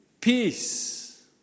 peace